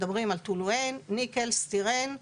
מדברים על טולואן, ניקל, סטירן,